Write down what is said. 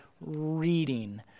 reading